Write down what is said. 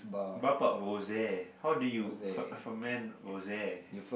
what about rose how do you ferment rose